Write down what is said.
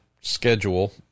schedule